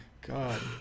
God